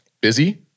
Busy